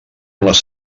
les